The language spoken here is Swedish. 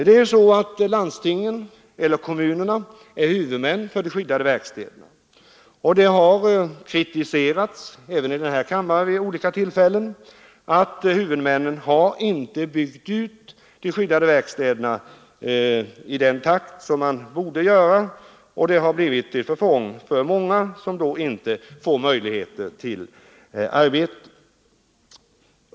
Huvudmän för de skyddade verkstäderna är landstingen eller kommunerna, och nu har det också i denna kammare vid olika tillfällen kritiserats att huvudmännen inte har byggt ut de skyddade verkstäderna i den takt som borde ha skett, vilket naturligtvis har blivit till förfång för många människor som därigenom inte får någon möjlighet till arbete.